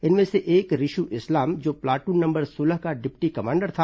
इनमें से एक रिशु इस्लाम जो प्लाटून नंबर सोलह का डिप्टी कमांडर था